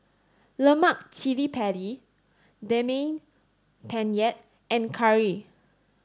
Lemak Cili Padi Daging Penyet and Curry